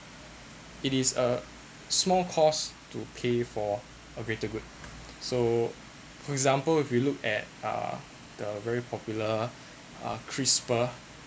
it is a small cost to pay for a greater good so for example if we look at uh the very popular uh crisper